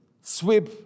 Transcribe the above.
sweep